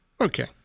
Okay